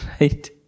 Right